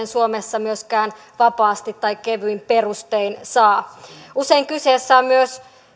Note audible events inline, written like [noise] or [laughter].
[unintelligible] suomessa myöskään vapaasti tai kevyin perustein saa usein kyseessä on myös